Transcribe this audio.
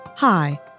Hi